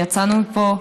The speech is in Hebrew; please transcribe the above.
ויצאנו מפה,